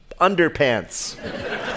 underpants